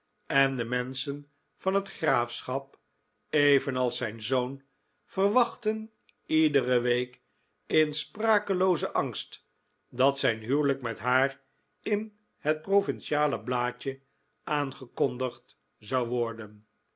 en de menschen van het graafschap evenals zijn zoon verwachtten iedere week in sprakeloozen angst dat zijn huwelijk met haar in het provinciale blaadje aangekondigd zou worden